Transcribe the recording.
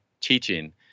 teaching